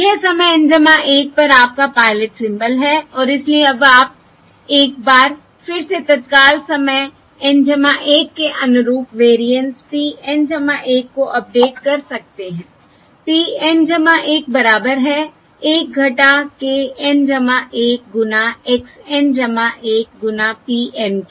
यह समय N 1 पर आपका पायलट सिंबल है और इसलिए अब आप एक बार फिर से तत्काल समय N 1 के अनुरूप वेरिएंस p N 1 को अपडेट कर सकते हैं p N 1 बराबर है 1 k N 1 गुना x N 1 गुना p N के